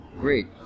Great